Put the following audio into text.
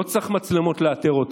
לא צריך מצלמות לאתר אותם,